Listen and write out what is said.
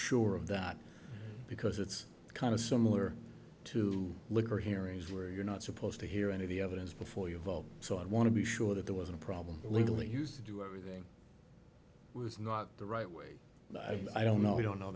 sure of that because it's kind of similar to liquor hearings where you're not supposed to hear any evidence before you vote so i want to be sure that there wasn't a problem legally used to do everything was not the right way i don't know we don't know